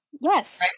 Yes